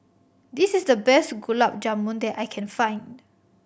this is the best Gulab Jamun that I can find